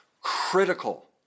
critical